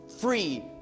free